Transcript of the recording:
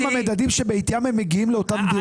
המדדים שבעטיים הם מגיעים לאותם דירוגים.